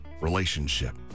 relationship